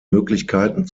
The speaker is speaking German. möglichkeiten